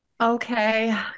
Okay